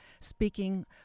speaking